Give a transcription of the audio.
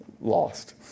lost